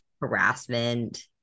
harassment